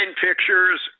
pictures